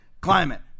climate